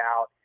out